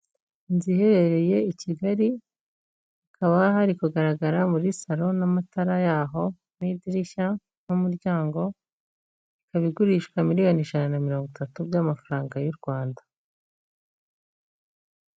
Inzu iherereye i Kigali hakaba hari kugaragara muri salo n'amatara yaho n'idirishya, n'umuryango, ikaba igurishwa miliyoni ijana na mirongo itatu by'amafaranga y'u Rwanda.